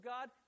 God